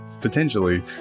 potentially